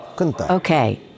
Okay